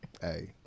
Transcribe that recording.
Hey